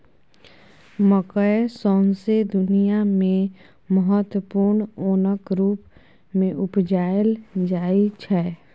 मकय सौंसे दुनियाँ मे महत्वपूर्ण ओनक रुप मे उपजाएल जाइ छै